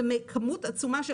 מדובר בכמות עצומה.